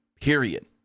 period